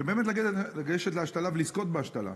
ולגשת להשתלה ולזכות בהשתלה.